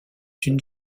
une